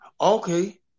Okay